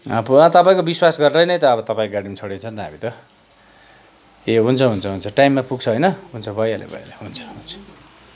अब अँ तपाईँको विश्वास गरेर नै त अब तपाईँको गाडीमा चढेको छ नि त हामी त ए हुन्छ हुन्छ हुन्छ टाइममा पुग्छ होइन हुन्छ भइहाल्यो भइहाल्यो हुन्छ हुन्छ